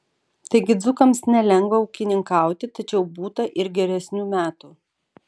taigi dzūkams nelengva ūkininkauti tačiau būta ir geresnių metų